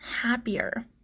happier